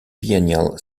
biennial